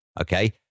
Okay